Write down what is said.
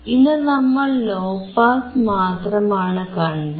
ഇന്നു നമ്മൾ low pass മാത്രമാണ് കണ്ടത്